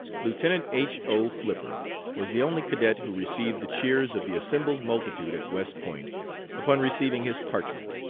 lieutenant h. o. flipper was the only cadet who received the cheers of the assembled multitude at west point upon receiving his parchment.